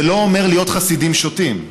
זה לא אומר להיות חסידים שוטים,